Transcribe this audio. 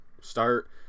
start